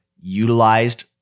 utilized